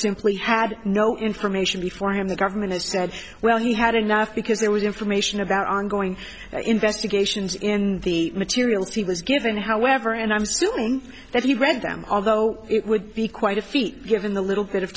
simply had no information before him the government has said well you had enough because there was information about ongoing investigations in the material team was given however and i'm assuming that he read them although it would be quite a feat given the little bit of